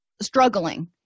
struggling